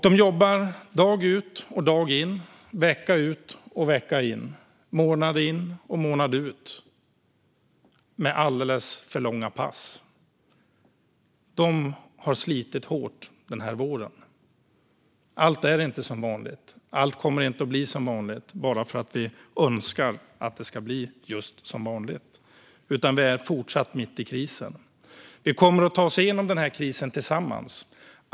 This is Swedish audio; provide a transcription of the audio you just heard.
De jobbar dag ut och dag in, vecka ut och vecka in, månad ut och månad in med alldeles för långa pass. De har slitit hårt denna vår. Allt är inte som vanligt, och allt kommer inte att bli som vanligt bara för att vi önskar att det ska bli just som vanligt. Vi är fortsatt mitt i krisen. Vi kommer att ta oss igenom denna kris tillsammans.